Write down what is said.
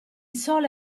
sole